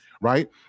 right